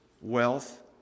Wealth